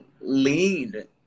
lead